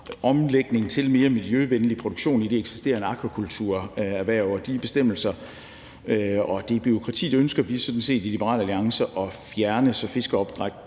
omlægning til mere miljøvenlig produktion i det eksisterende akvakulturerhverv, og de bestemmelser og det bureaukrati ønsker vi sådan set i Liberal Alliance at fjerne, så fiskeopdræt